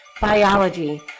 Biology